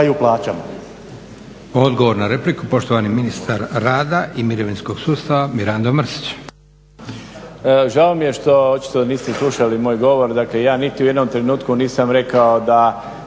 (SDP)** Odgovor na repliku, poštovani ministar rada i mirovinskog sustava, Mirando Mrsić. **Mrsić, Mirando (SDP)** Žao mi je što niste slušali moj govor, dakle ja niti u jednom trenutku nisam rekao da